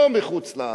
לא מחוץ-לארץ.